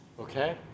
Okay